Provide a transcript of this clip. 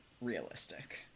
realistic